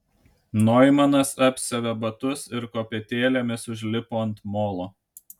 noimanas apsiavė batus ir kopėtėlėmis užlipo ant molo